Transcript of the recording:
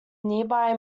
nearby